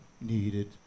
needed